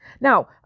Now